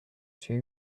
two